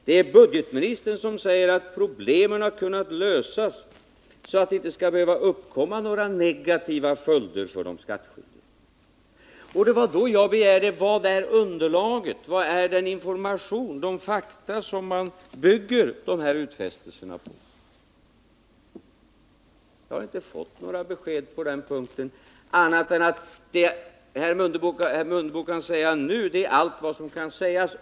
Det är budgetministern som säger att problemen har kunnat lösas så att det inte skall behöva uppkomma några negativa följder för de skattskyldiga. Det var därför som jag frågade: Vilket underlag, vilken information, vilka fakta bygger budgetministern de utfästelserna på? Jag har inte fått några besked på den punkten, annat än att vad herr Mundebo har sagt i svaret är allt som kan sägas.